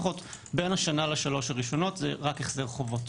בין השנה לשלוש הראשונות זה רק החזר חובות.